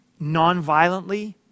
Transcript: nonviolently